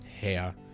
hair